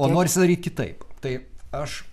o norisi daryt kitaip tai aš